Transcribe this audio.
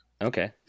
Okay